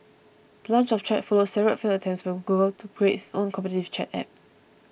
the launch of Chat follows several failed attempts by Google to create its own competitive chat app